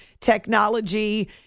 technology